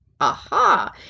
aha